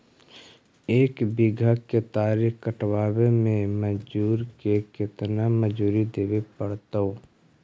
एक बिघा केतारी कटबाबे में मजुर के केतना मजुरि देबे पड़तै?